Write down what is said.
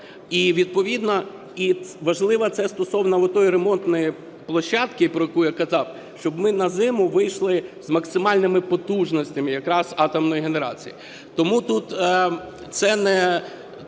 і важливо, це стосовно тієї ремонтної площадки, про яку я казав, щоб ми на зиму вийшли з максимальними потужностями якраз атомної генерації. Тому тут це не